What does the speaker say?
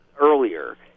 earlier